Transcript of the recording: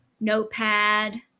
notepad